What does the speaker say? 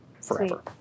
forever